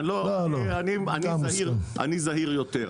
אני זהיר יותר.